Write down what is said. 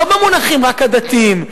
לא רק במונחים הדתיים,